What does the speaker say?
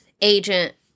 agent